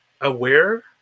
aware